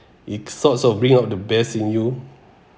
it sorts of bring out the best in you